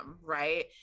right